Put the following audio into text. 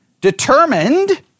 determined